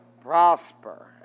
prosper